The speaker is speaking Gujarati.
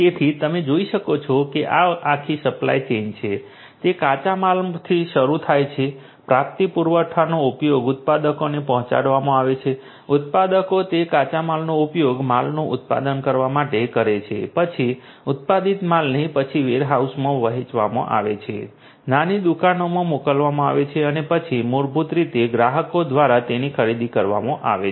તેથી તમે જોઈ શકો છો કે આ આખી સપ્લાય ચેઇન છે તે કાચા માલસામાનથી શરૂ થાય છે પ્રાપ્તિ પુરવઠાનો ઉપયોગ ઉત્પાદકોને પહોંચાડવામાં આવે છે ઉત્પાદકો તે કાચા માલનો ઉપયોગ માલનું ઉત્પાદન કરવા માટે કરે છે પછી ઉત્પાદિત માલને પછી વેરહાઉસમાં વહેંચવામાં આવે છે નાની દુકાનોમાં મોકલવામાં આવે છે અને પછી મૂળભૂત રીતે ગ્રાહકો દ્વારા તેની ખરીદી કરવામાં આવે છે